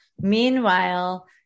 Meanwhile